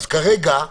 כרגע,